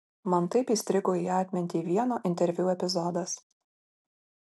man taip įstrigo į atmintį vieno interviu epizodas